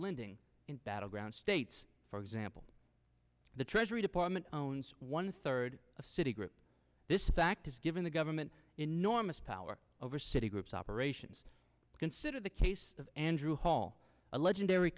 lending in battleground states for example the treasury department owns one third of citigroup this fact has given the government enormous power over citigroup's operations consider the case of andrew hall a legendary